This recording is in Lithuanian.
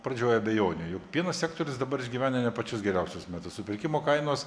pradžioj abejonių juk pieno sektorius dabar išgyvena ne pačius geriausius metus supirkimo kainos